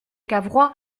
cavrois